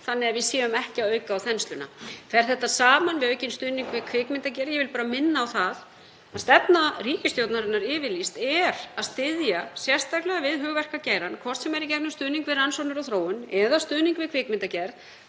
svo að við séum ekki að auka á þensluna. Fer þetta saman við aukinn stuðning við kvikmyndagerð? Ég vil bara minna á að stefna ríkisstjórnarinnar, yfirlýst, er að styðja sérstaklega við hugverkageirann, hvort sem er í gegnum stuðning við rannsóknir og þróun eða stuðning við kvikmyndagerð.